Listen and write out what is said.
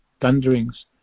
thunderings